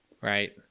Right